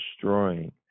destroying